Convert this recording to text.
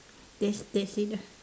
that's that's it lah